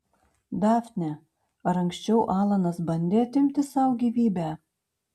dafne ar anksčiau alanas bandė atimti sau gyvybę